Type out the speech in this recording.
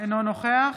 אינו נוכח